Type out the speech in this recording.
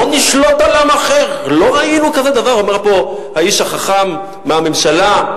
לא נשלוט על עם אחר, אומר פה האיש החכם מהממשלה,